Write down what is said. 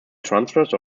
transfers